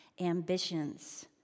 ambitions